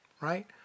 Right